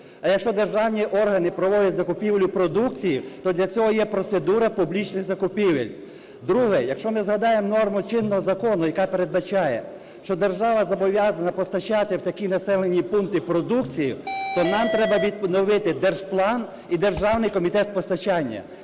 А якщо державні органи проводять закупівлю продукції, то для цього є процедура публічних закупівель. Друге. Якщо ми згадаємо норму чинного закону, яка передбачає, що держава зобов'язана постачати в такі населені пункти продукцію, то нам треба відновити держплан і державний комітет постачання.